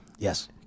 Yes